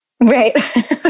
Right